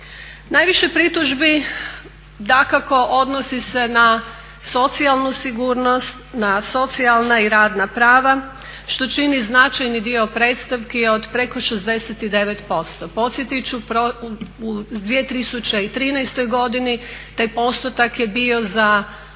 Najviše pritužbi dakako odnosi se na socijalnu sigurnost, na socijalna i radna prava što čini značajni dio predstavki od preko 69%. Podsjetit ću u 2013. godini taj postotak je bio za